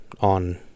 on